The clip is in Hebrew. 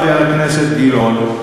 חבר הכנסת גילאון,